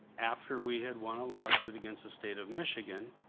after we had won a lawsuit against the state of michigan,